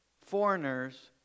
foreigners